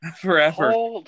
forever